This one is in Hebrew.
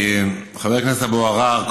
חבר הכנסת אבו עראר,